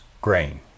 grain